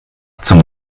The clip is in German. zum